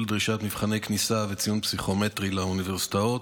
דרישת מבחני כניסה וציון פסיכומטרי לאוניברסיטאות.